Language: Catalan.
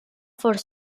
fort